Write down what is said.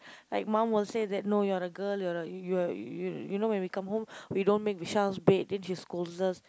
like mum will say that no you are a girl you are a you are you you know when we come home we don't make bed then she scold us